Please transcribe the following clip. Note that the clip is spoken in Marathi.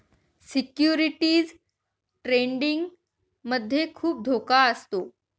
सिक्युरिटीज ट्रेडिंग मध्ये खुप धोका असतो